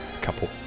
couple